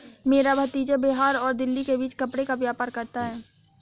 मेरा भतीजा बिहार और दिल्ली के बीच कपड़े का व्यापार करता है